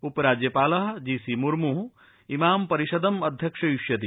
उप राज्यपालः जीसीमर्मः इमां परिषदम् अध्यक्षयिष्यति